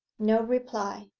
no reply.